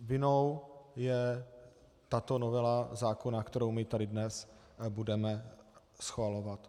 Vinnou je tato novela zákona, kterou my tady dnes budeme schvalovat.